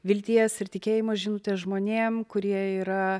vilties ir tikėjimo žinutę žmonėm kurie yra